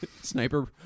sniper